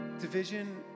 Division